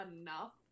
enough